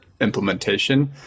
implementation